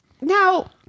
Now